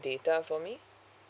data for me